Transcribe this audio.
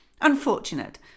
Unfortunate